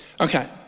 Okay